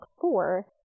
four